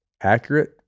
accurate